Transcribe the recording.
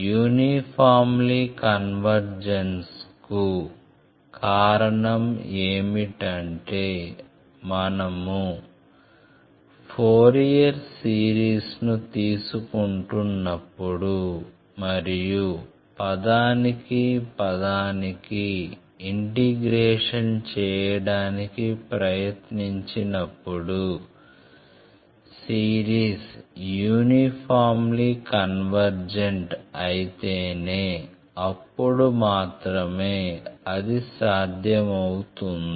uniformly కన్వర్జెన్స్కు కారణం ఏమిటంటే మనము ఫోరియర్ సిరీస్ను తీసుకుంటున్నప్పుడు మరియు పదానికి పదానికి ఇంటిగ్రేషన్ చేయడానికి ప్రయత్నించినప్పుడు సిరీస్ యూనిఫార్మ్లి కన్వర్జెంట్ అయితేనే అప్పుడు మాత్రమే అది సాధ్యమవుతుంది